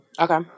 Okay